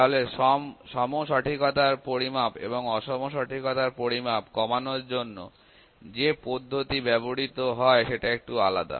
তাহলে সম সঠিকতার পরিমাপ এবং অসম সঠিকতার পরিমাপ কমানোর জন্য যে পদ্ধতি ব্যবহৃত হয় সেটা একটু আলাদা